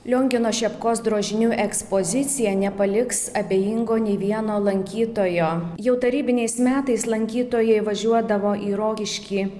liongino šepkos drožinių ekspozicija nepaliks abejingo nė vieno lankytojo jau tarybiniais metais lankytojai važiuodavo į rokiškį